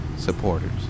Supporters